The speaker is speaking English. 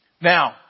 Now